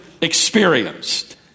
experienced